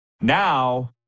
Now